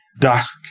dusk